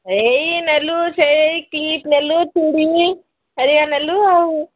ଏଇ ନେଲୁ ସେଇ କିଟ୍ ନେଲୁ ଚୁଡ଼ି ହେରିକା ନେଲୁ ଆଉ